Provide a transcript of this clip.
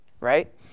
Right